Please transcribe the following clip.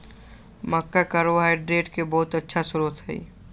मक्का carbohydrate के बहुत अच्छा स्रोत हई